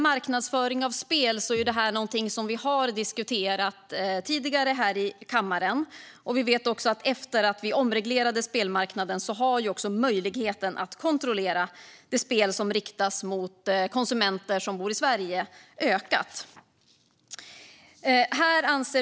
Marknadsföring av spel har tidigare diskuterats i kammaren. Efter att spelmarknaden omreglerades har möjligheten att kontrollera de spel som riktas mot konsumenter som bor i Sverige ökat.